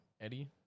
Eddie